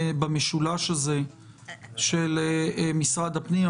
במשולש הזה של משרד הפנים,